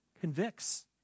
convicts